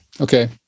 Okay